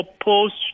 opposed